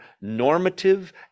normative